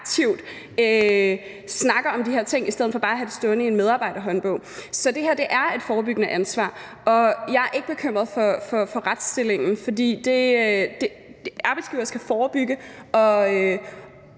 at man aktivt snakker om de her ting i stedet for bare at have det stående i en medarbejderhåndbog. Så det her er et forebyggende ansvar. Og jeg er ikke bekymret for retsstillingen, for arbejdsgiveren skal forebygge,